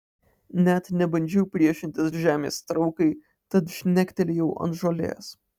net nebandžiau priešintis žemės traukai tad žnektelėjau ant žolės